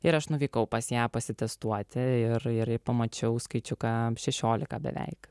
ir aš nuvykau pas ją pasitestuoti ir pamačiau skaičiuką šešiolika beveik